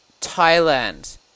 Thailand